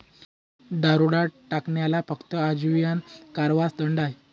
दरोडा टाकण्याला फक्त आजीवन कारावासाचा दंड आहे